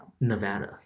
Nevada